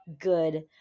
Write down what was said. good